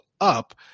up